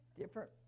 Different